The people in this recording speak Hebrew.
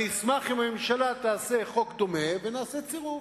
אני אשמח אם הממשלה תעשה חוק דומה, ונעשה צירוף.